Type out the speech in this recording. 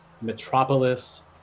metropolis